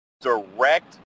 direct